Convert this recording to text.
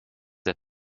der